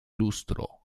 lustro